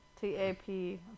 T-A-P